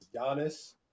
Giannis